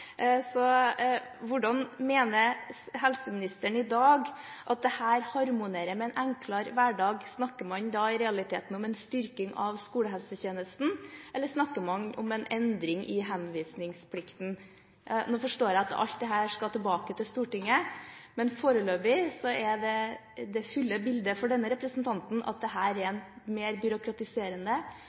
Hvordan mener helseministeren i dag at dette harmonerer med en enklere hverdag? Snakker man i realiteten om en styrking av skolehelsetjenesten, eller snakker man om en endring i henvisningsplikten? Nå forstår jeg at alt dette skal tilbake til Stortinget, men foreløpig er det fulle bildet for denne representanten at dette er mer